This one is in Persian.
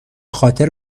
خاطر